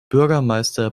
bürgermeister